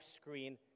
screen